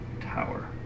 tower